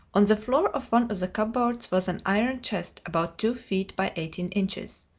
on the floor of one of the cupboards was an iron chest about two feet by eighteen inches.